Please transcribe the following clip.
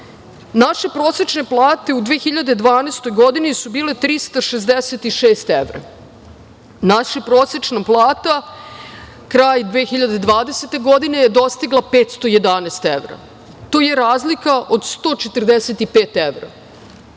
Naše prosečne plate u 2012. godini su bile 366 evra. Naša prosečna plata kraj 2020. godine je dostigla 511 evra. To je razlika od 145 evra.